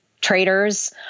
traders